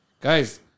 Guys